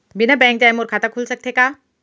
बिना बैंक जाए मोर खाता खुल सकथे का?